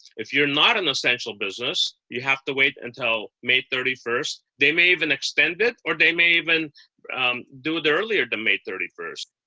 if you're not in the essential business, you have to wait until may thirty first. they may even extend it, or they may even do it earlier than may thirty first.